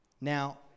Now